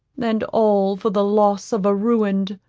and all for the loss of a ruined,